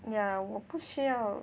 ya 我不需要